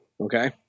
okay